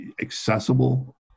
accessible